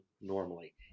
normally